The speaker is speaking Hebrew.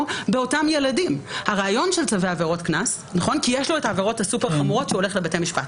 באותם ילדים כי יש לו את העבירות הסופר-חמורות שהוא הולך לבית המשפט.